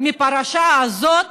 מהפרשה הזאת